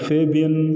Fabian